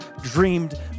dreamed